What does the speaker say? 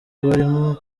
barimo